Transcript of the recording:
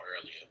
earlier